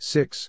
Six